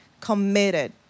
committed